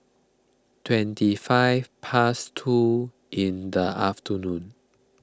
twenty five past two in the afternoon